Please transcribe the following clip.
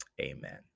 Amen